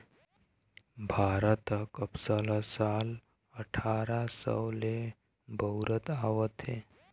भारत ह कपसा ल साल अठारा सव ले बउरत आवत हे